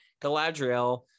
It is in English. Galadriel